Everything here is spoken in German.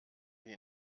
wie